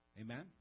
Amen